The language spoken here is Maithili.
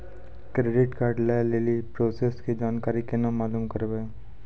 क्रेडिट कार्ड लय लेली प्रोसेस के जानकारी केना मालूम करबै?